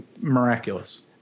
miraculous